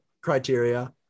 criteria